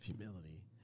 humility